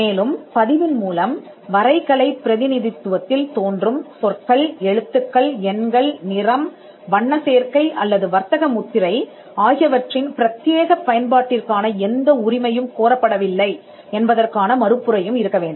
மேலும் பதிவின் மூலம் வரைகலை பிரதிநிதித்துவத்தில் தோன்றும் சொற்கள் எழுத்துக்கள் எண்கள் நிறம் வண்ண சேர்க்கை அல்லது வர்த்தக முத்திரை ஆகியவற்றின் பிரத்தியேகப் பயன்பாட்டிற்கான எந்த உரிமையும் கோரப்படவில்லை என்பதற்கான மறுப்புரையும் இருக்க வேண்டும்